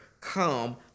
Come